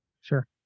Sure